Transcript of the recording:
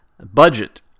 Budget